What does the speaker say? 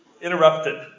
interrupted